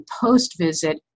post-visit